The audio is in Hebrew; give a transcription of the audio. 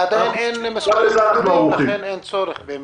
עדיין אין מספרים גדולים ולכן אין צורך במרכזים.